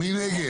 מי נגד?